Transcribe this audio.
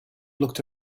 looked